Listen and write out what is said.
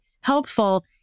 helpful